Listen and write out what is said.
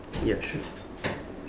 ya sure